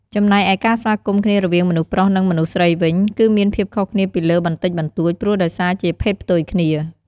ចំណែកឯការស្វាគមន៍គ្នារវាងមនុស្សប្រុស និង មនុស្សស្រីវិញ គឺមានភាពខុសគ្នាពីលើបន្តិចបន្ដួច ព្រោះដោយសារជា ភេទផ្ទុយគ្នា។